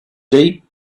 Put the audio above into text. deep